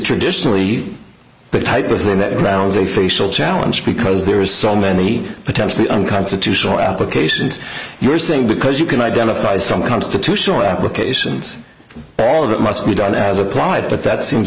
traditionally the type of thing that grounds a facial challenge because there is so many potentially unconstitutional applications you're saying because you can identify some constitutional applications but all of that must be done as applied but that seems